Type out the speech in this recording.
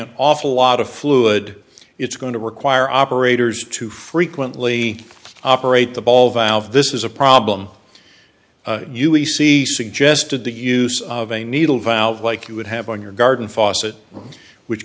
an awful lot of fluid it's going to require operators to frequently operate the ball valve this is a problem u e c suggested the use of a needle valve like you would have on your garden faucet which